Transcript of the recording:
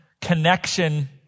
connection